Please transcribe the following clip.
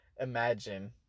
imagine